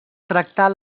tractar